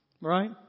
right